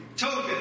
Token